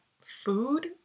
food